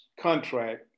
contract